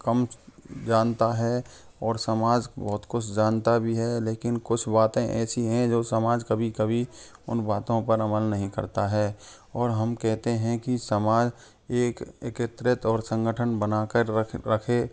कम जानता है और समाज बहुत कुछ जानता भी है लेकिन कुछ बातें ऐसी हैं जो समाज कभी कभी उन बातों पर अमल नहीं करता है और हम कहते हैं कि समाज एक एकत्रित और संगठन बना कर रख रखे